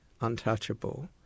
untouchable